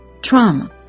trauma